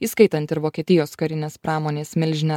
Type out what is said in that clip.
įskaitant ir vokietijos karinės pramonės milžinę